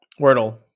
Wordle